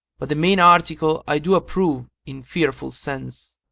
but the main article i do approve in fearful sense.